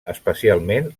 especialment